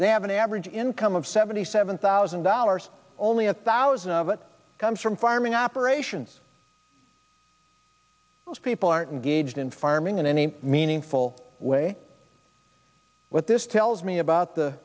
they have an average income of seventy seven thousand dollars only a thousand of it comes from farming operations people aren't engaged in farming in any meaningful way what this tells me about the